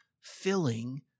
filling